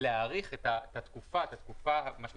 זה להאריך את התקופה הקובעת,